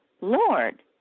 Lord